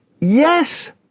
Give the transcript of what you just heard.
Yes